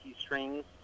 Strings